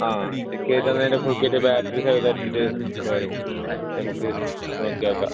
ആ ചെക്ക് ചെയ്തിട്ടെന്നാൽ അതിൻ്റെ ഫുൾ കിറ്റ് ബാറ്ററി എടുത്തിട്ടുപോര് നമുക്ക് നോക്കിനോക്കാം